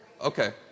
Okay